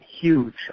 huge